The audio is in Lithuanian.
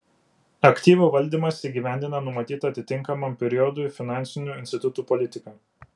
aktyvų valdymas įgyvendina numatytą atitinkamam periodui finansinių institutų politiką